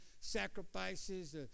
sacrifices